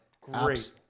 Great